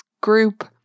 group